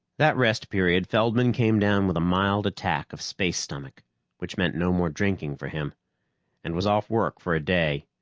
that rest period feldman came down with a mild attack of space-stomach which meant no more drinking for him and was off work for a day.